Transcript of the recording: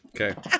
Okay